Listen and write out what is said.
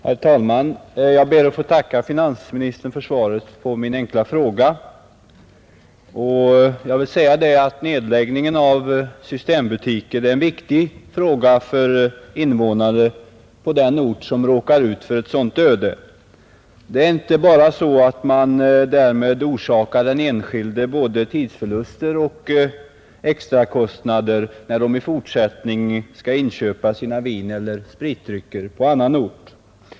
Herr talman! Jag ber att få tacka finansministern för svaret på min enkla fråga. Nedläggningen av systembutiker är en viktig fråga för invånare på den ort som råkar ut för ett sådant öde. Det är inte bara så att man därmed orsakar den enskilde både tidsförluster och extrakostnader när man i fortsättningen skall inköpa sina vineller spritdrycker på annan ort.